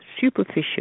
superficial